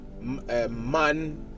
man